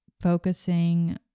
focusing